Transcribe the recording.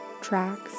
tracks